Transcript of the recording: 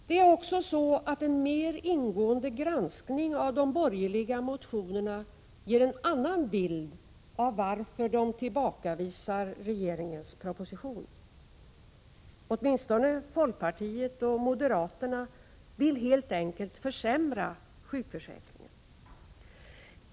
Det är också så, att en mer ingående granskning av de borgerliga motionerna ger en annan bild av varför de tillbakavisar regeringens proposition. Åtminstone folkpartiet och moderaterna vill helt enkelt försämra sjukförsäkringen.